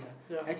ya